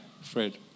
Fred